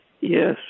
Yes